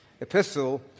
epistle